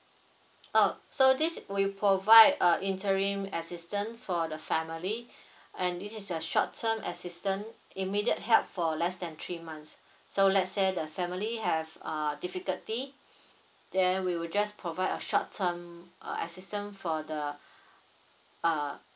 uh so this will provide a interim assistance for the family and this is a short term assistance immediate help for less than three months so let's say the family have uh difficulty then we will just provide a short term uh assistance for the uh